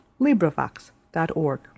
LibriVox.org